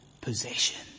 possession